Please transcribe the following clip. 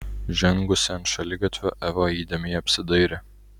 žengusi ant šaligatvio eva įdėmiai apsidairė